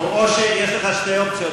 יש לך שתי אופציות,